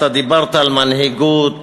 אתה דיברת על מנהיגות,